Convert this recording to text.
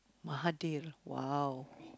Mahathir !wow!